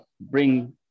bring